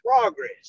progress